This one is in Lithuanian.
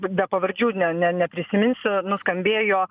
be pavardžių ne ne neprisiminsiu nuskambėjo